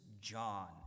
John